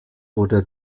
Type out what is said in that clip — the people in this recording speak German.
wurde